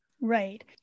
Right